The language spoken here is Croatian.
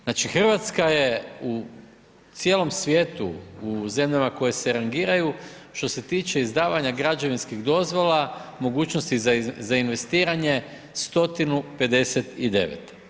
Znači Hrvatska je u cijelom svijetu, u zemljama koje se rangiraju, što se tiče izdavanje građevinskih dozvola, mogućnosti za investiranje 159.